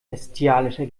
bestialischer